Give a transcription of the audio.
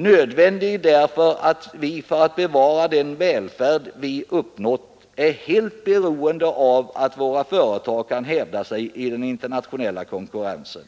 Nödvändig, därför att vi för att bevara den välfärd vi uppnått är helt beroende av att våra företag kan hävda sig i den internationella konkurrensen.